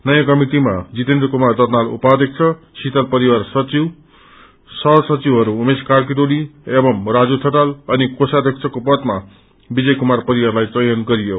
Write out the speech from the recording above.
नयाँ कमटिमा जितेन्द्र कुमार दन्नल उपाध्यक्ष शितल परियार सचिव सह सचिवहरू उमेश कार्कीडोली एवं राजू ठटाल अनि कोषध्यख को पदमा विजय कुमार परियारलाई चयन गरियो